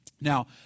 Now